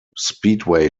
speedway